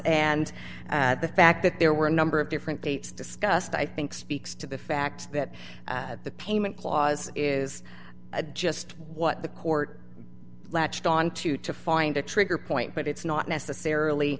and the fact that there were a number of different dates discussed i think speaks to the fact that the payment clause is just what the court latched on to to find a trigger point but it's not necessarily